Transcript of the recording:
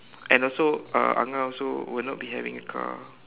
and also uh angah also will not be having a car